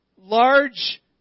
large